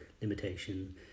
limitation